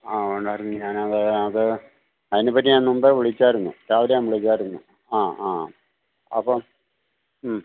ആ ഉണ്ടായിരുന്നെങ്കില് ഞാനത് അത് അതിനെപ്പറ്റി ഞാൻ മുമ്പേ വിളിച്ചായിരുന്നു രാവിലെ ഞാൻ വിളിച്ചായിരുന്നു ആ ആ അപ്പോള്